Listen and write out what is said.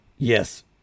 Yes